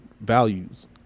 values